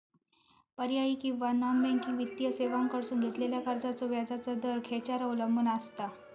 पर्यायी किंवा non banking वित्तीय सेवांकडसून घेतलेल्या कर्जाचो व्याजाचा दर खेच्यार अवलंबून आसता?